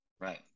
Right